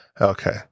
Okay